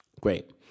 Great